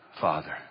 father